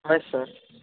right sir